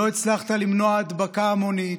לא הצלחת למנוע הדבקה המונית,